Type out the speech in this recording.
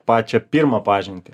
pačią pirmą pažintį